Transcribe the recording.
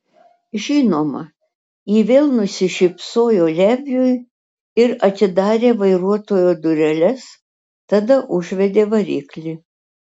žinoma ji vėl nusišypsojo leviui ir atidarė vairuotojo dureles tada užvedė variklį